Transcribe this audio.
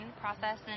process